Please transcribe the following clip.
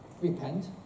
Repent